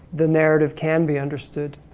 the narrative can be understood,